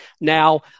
Now